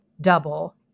double